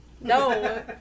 no